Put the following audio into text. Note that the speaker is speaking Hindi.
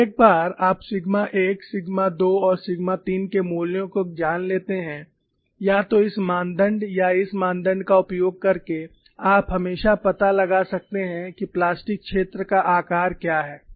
तो एक बार आप सिग्मा 1 सिग्मा 2 और सिग्मा 3 के मूल्यों को जान लेते हैं या तो इस मानदंड या इस मानदंड का उपयोग करके आप हमेशा पता लगा सकते हैं कि प्लास्टिक क्षेत्र का आकार क्या है